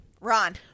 ron